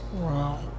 Wow